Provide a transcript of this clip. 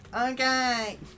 okay